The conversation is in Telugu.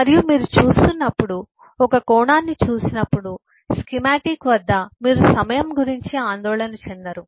మరియు మీరు ఒక కోణాన్ని చూసినప్పుడు స్కీమాటిక్ వద్ద చూస్తున్నప్పుడు మీరు సమయం గురించి ఆందోళన చెందరు